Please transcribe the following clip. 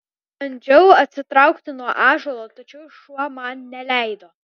bandžiau atsitraukti nuo ąžuolo tačiau šuo man neleido